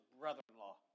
brother-in-law